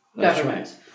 government